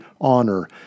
honor